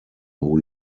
who